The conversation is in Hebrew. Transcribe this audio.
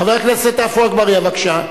חבר הכנסת עפו אגבאריה, בבקשה.